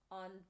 on